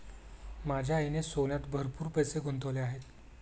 माझ्या आईने सोन्यात भरपूर पैसे गुंतवले आहेत